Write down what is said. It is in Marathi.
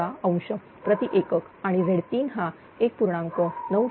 16° प्रति एकक आणि Z3 हा 1